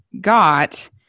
got